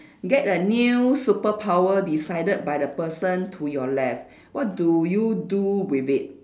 get a new superpower decided by the person to your left what do you do with it